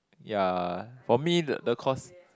ya for me the the course